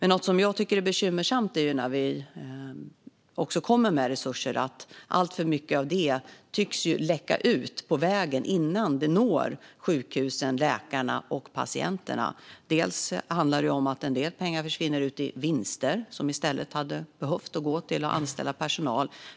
Något som jag tycker är bekymmersamt när vi kommer med resurser är att alltför mycket av det tycks läcka ut på vägen innan det når sjukhusen, läkarna och patienterna. Det handlar om att en del pengar försvinner ut i vinster som i stället hade behövt gå till att anställa personal.